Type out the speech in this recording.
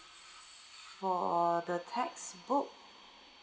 for the textbook